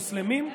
מוסלמים,